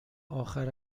آخر